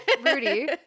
Rudy